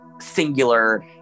singular